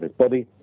but body,